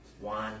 one